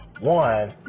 One